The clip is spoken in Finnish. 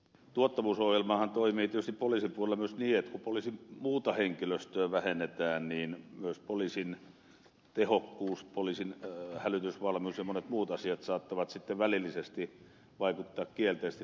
tuottavuusohjelmahan toimii tietysti poliisipuolella myös niin että kun poliisin muuta henkilöstöä vähennetään niin myös poliisin tehokkuuteen poliisin hälytysvalmiuteen ja moniin muihin asioihin se saattaa välillisesti vaikuttaa kielteisesti